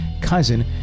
cousin